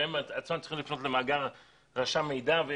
וגם הם בעצמם צריכים לפנות למאגר רשם מידע.